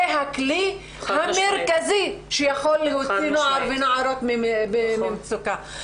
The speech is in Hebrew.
זה הכלי המרכזי שיכול להוציא נוער ונערות ממצוקה.